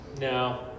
No